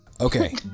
Okay